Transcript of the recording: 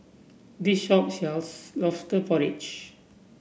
this shop sells lobster porridge